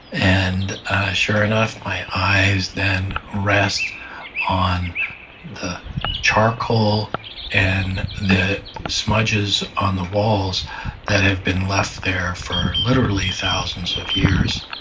and sure enough my eyes then rest on the charcoal and the smudges on the walls that have been left there for literally thousands of years